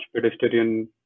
pedestrian